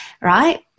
right